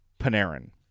panarin